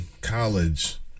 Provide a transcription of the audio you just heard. college